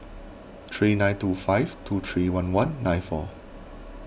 three nine two five two three one one nine four